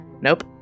Nope